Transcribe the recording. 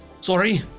sorry